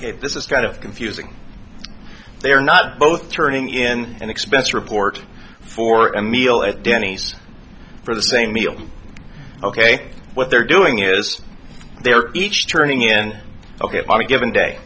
if this is kind of confusing they are not both turning in an expense report for a meal at denny's for the same meal ok what they're doing is they're each turning in and ok i'll be given day